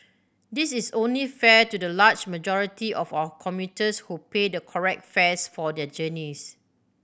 this is only fair to the large majority of our commuters who pay the correct fares for their journeys